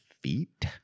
feet